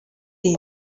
iyi